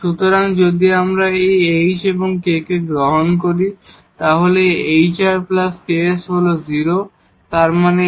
সুতরাং যদি আমরা এই h এবং k কে গ্রহণ করি এই hrks হল 0 তার মানে hr −ks